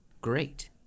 great